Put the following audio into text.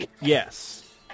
Yes